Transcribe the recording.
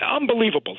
Unbelievable